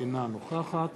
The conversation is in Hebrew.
אינה נוכחת